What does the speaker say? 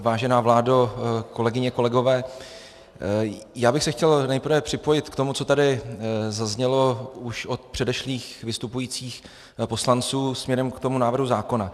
Vážená vládo, kolegyně, kolegové, já bych se chtěl nejprve připojit k tomu, co tady zaznělo už od předešlých vystupujících poslanců směrem k tomu návrhu zákona.